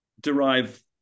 derive